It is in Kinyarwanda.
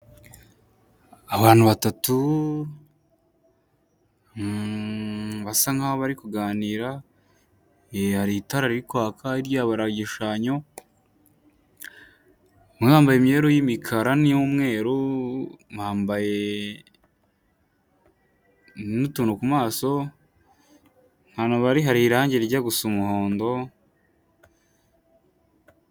Abantu batatu basa nkaho barigani hari itara riri kwaka hirya yabo hari igishushanyo, umwe yambaye imyeru y'imikara n'iy'umweru bambaye n'utuntu ku maso ahantu bari hari irange rijya gusa umuhondo.